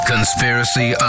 Conspiracy